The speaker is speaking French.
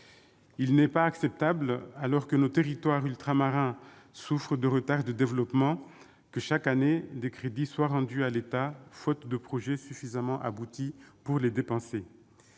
Il n'est pas acceptable, alors que nos territoires ultramarins souffrent de retards de développement, que, chaque année, des crédits soient rendus à l'État, faute de projets suffisamment aboutis pour les dépenser.